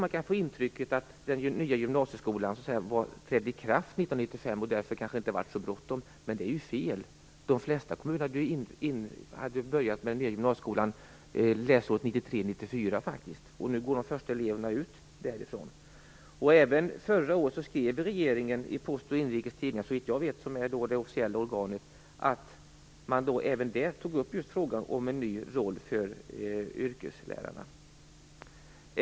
Man kan få intrycket att den nya gymnasieskolan trätt i kraft under 1995 och att det därför kanske inte varit så bråttom, men det är fel. De flesta kommuner började faktiskt med den nya gymnasieskolan läsåret 1993/94. Nu går, som sagt, de första eleverna ut därifrån. Även förra året skrev regeringen i Post och Inrikes Tidningar som, såvitt jag vet, är det officiella organet. Man tog även där upp frågan om en ny roll för yrkeslärarna.